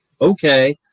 okay